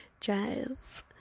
jazz